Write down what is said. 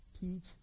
teach